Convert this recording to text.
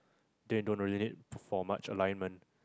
then don't really need for much alignment